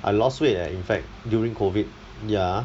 I lost weight leh in fact during COVID ya